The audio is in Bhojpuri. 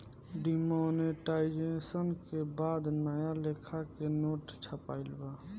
डिमॉनेटाइजेशन के बाद नया लेखा के नोट छपाईल बा